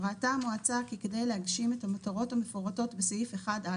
"..ראתה המועצה כי כדי להגשים את המטרות המפורטות בסעיף 1א',